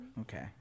Okay